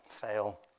Fail